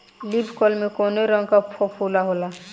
Leaf curl में कौने रंग का फफोला होला?